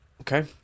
Okay